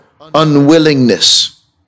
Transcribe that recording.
unwillingness